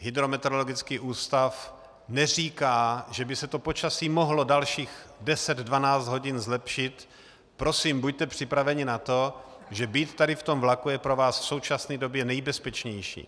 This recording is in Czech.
Hydrometeorologický ústav neříká, že by se počasí mohlo dalších deset, dvanáct hodin zlepšit, prosím, buďte připraveni na to, že být tady ve vlaku je pro vás v současné době nejbezpečnější.